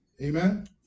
Amen